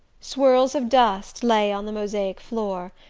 swirls of dust lay on the mosaic floor,